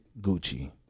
gucci